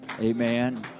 Amen